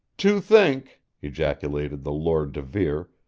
to think ejaculated the lord de vere,